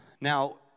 Now